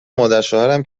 مادرشوهرم